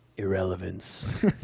irrelevance